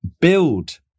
build